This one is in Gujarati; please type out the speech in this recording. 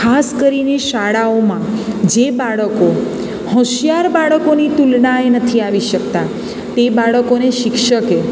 ખાસ કરીને શાળાઓમાં જે બાળકો હોંશિયાર બાળકોની તુલનાએ નથી આવી શકતાં તે બાળકોને શિક્ષકે